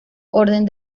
orden